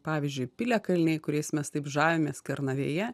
pavyzdžiui piliakalniai kuriais mes taip žavimės kernavėje